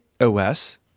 OS –